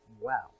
Wow